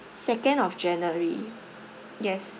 second of january yes